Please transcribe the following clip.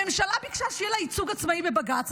הממשלה ביקשה שיהיה לה ייצוג עצמאי בבג"ץ,